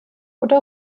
oder